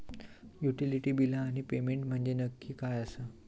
Utility बिला आणि payment म्हंजे नक्की काय आसा?